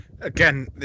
again